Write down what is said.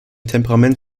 temperament